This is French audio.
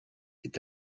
est